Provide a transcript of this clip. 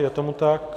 Je tomu tak?